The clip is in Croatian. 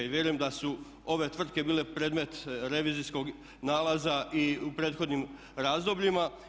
Vjerujem da su ove tvrtke bile predmet revizijskog nalaza i u prethodnim razdobljima.